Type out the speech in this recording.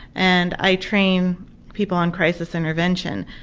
and i train people on crisis intervention,